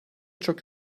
çok